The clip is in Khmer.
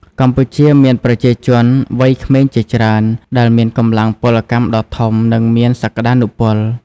កម្ពុជាមានប្រជាជនវ័យក្មេងជាច្រើន ដែលជាកម្លាំងពលកម្មដ៏ធំ និងមានសក្ដានុពល។